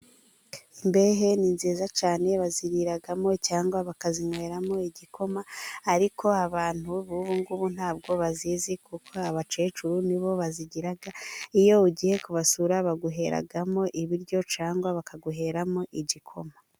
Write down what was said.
Imbehe ni nziza cyane, baziriramo cyangwa bakazinyweramo igikoma, ariko abantu b'ubu ngubu ntabwo bazizi, kuko abakecuru nibo bazigira, iyo ugiye kubasura baguheramo ibiryo cyangwa bakaguheramo igikoma.